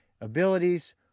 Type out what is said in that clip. abilities